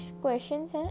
questions